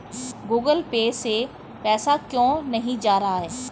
Google Pay से पैसा क्यों नहीं जा रहा है?